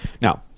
Now